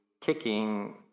kicking